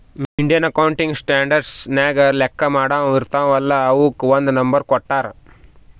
Indian accounting standard ನಾಗ್ ಲೆಕ್ಕಾ ಮಾಡಾವ್ ಇರ್ತಾವ ಅಲ್ಲಾ ಅವುಕ್ ಒಂದ್ ನಂಬರ್ ಕೊಟ್ಟಾರ್